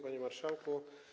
Panie Marszałku!